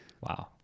Wow